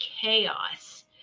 chaos